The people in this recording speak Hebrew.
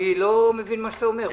אני לא מבין את מה שאתה אומר.